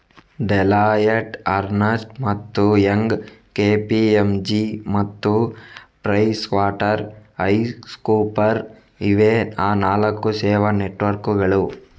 Deloitte, Ernst ಮತ್ತು Young, KPMG ಮತ್ತು PricewaterhouseCoopers ಇವೇ ಆ ನಾಲ್ಕು ಸೇವಾ ನೆಟ್ವರ್ಕ್ಕುಗಳು